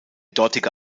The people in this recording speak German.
dortige